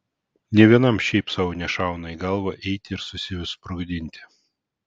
nė vienam šiaip sau nešauna į galvą eiti ir susisprogdinti